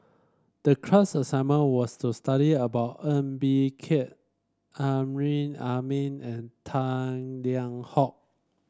the class assignment was to study about Ng Bee Kia Amrin Amin and Tang Liang Hong